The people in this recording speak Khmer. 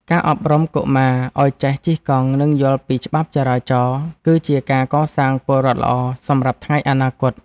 ការអប់រំកុមារឱ្យចេះជិះកង់ និងយល់ពីច្បាប់ចរាចរណ៍ គឺជាការកសាងពលរដ្ឋល្អសម្រាប់ថ្ងៃអនាគត។